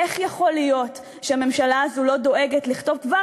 איך יכול להיות שהממשלה הזו לא דואגת לכתוב כבר